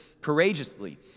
courageously